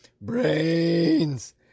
Brains